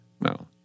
No